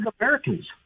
Americans